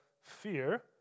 fear